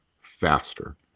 faster